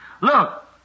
Look